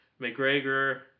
McGregor